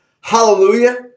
hallelujah